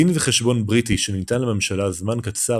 דין וחשבון בריטי שניתן לממשלה זמן קצר